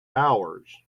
ours